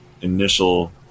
initial